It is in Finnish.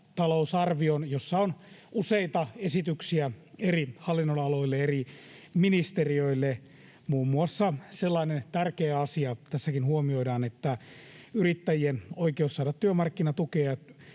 lisätalousarvion, jossa on useita esityksiä eri hallinnonaloille, eri ministeriöille. Muun muassa sellainen tärkeä asia tässäkin huomioidaan, että yrittäjien oikeus saada työmarkkinatukea